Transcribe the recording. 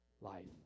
life